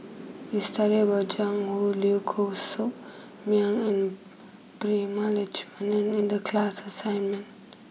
we studied about Jiang Hu Liu Koh Sock Miang and Prema Letchumanan in the class assignment